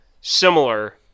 similar